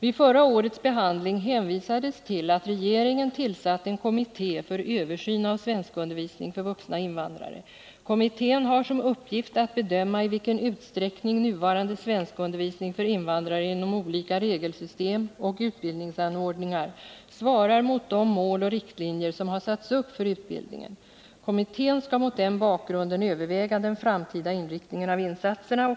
Vid förra årets behandling hänvisades till att regeringen tillsatt en kommitté för översyn av svenskundervisning för vuxna invandrare. Kommittén har som uppgift att bedöma i vilken utsträckning nuvarande svenskundervisning för invandrare inom olika regelsystem och utbildningsanordningar svarar mot de mål och riktlinjer som har satts upp för utbildningen. Kommittén skall mot den bakgrunden överväga den framtida inriktningen av insatserna.